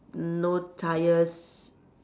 no tyres